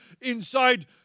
inside